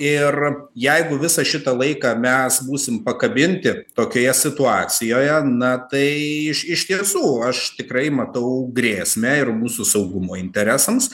ir jeigu visą šitą laiką mes būsim pakabinti tokioje situacijoje na tai iš iš tiesų aš tikrai matau grėsmę ir mūsų saugumo interesams